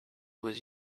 was